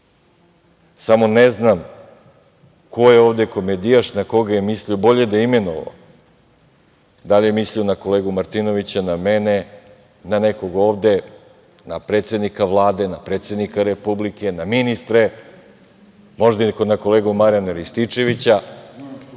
Samo ne znam ko je ovde komedijaš, na koga je mislio, bolje da je imenovao. Da li je mislio na kolegu Martinovića, na mene, na nekog ovde, na predsednika Vlade, na predsednika Republike, na ministre, možda i na kolegu Marijana Rističevića? Ali,